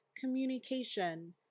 communication